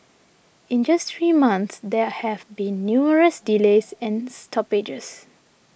in just three months there have been numerous delays and stoppages